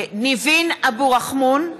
(קוראת בשמות חברי הכנסת) ניבין אבו רחמון,